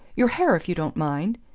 your hair if you don't mind.